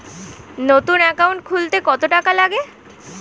নতুন একাউন্ট খুলতে কত টাকা লাগে?